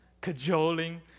cajoling